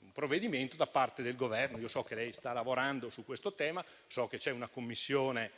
un provvedimento da parte del Governo. So che lei sta lavorando su questo tema e so che c'è una commissione